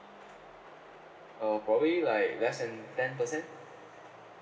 uh probably like less than ten percent